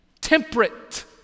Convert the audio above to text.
Temperate